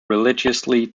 religiously